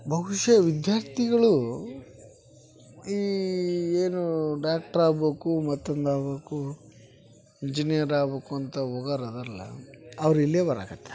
ಬಹುಶಃ ವಿದ್ಯಾರ್ಥಿಗಳು ಈ ಏನು ಡಾಕ್ಟ್ರ್ ಆಗ್ಬೇಕು ಮತ್ತೊಂದು ಆಗ್ಬೇಕು ಇಂಜಿನಿಯರ್ ಆಗ್ಬೇಕು ಅಂತ ಹೋಗಾರ್ ಅರಲ್ಲ ಅವರಿಲ್ಲೇ ಬರಾಕತ್ತಾರ